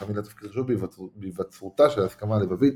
שם מילא תפקיד חשוב בהיווצרותה של ההסכמה הלבבית,